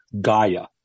Gaia